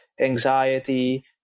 anxiety